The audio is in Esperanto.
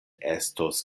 estos